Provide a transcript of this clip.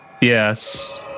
Yes